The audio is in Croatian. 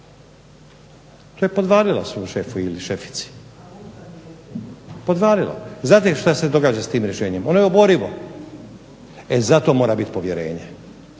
To je podvalila svom šefu ili šefici, znate što se događa s tim rješenjem, ono je oborivo i zato mora biti povjerenje.